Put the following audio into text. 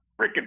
freaking